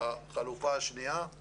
החלופה השנייה היא